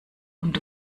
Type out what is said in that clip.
und